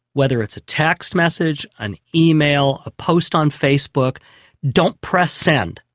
whether it's a text message, an email, a post on facebook don't press send,